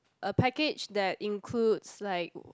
a package that includes like